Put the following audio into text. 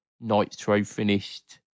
nitro-finished